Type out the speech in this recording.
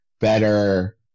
better